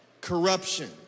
corruption